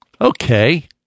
okay